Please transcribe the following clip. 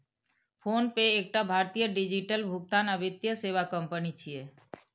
PhonePe एकटा भारतीय digital भुगतान आ वित्तीय सेवा कंपनी छियै